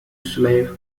slave